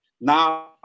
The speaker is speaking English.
now